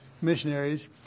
missionaries